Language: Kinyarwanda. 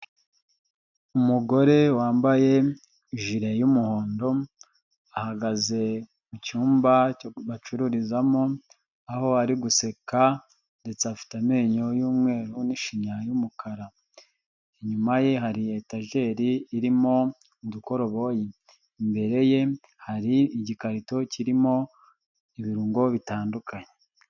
Umugore wambaye jire y'umuhondo ahagaze mu cyumba bacururizamo, aho ari guseka ndetse afite amenyo y'umweru n'ishinya y'umukara, inyuma ye hari etajeri irimo udukoroboyi, imbere ye hari igikarito kirimo ibirungo bitandukanye.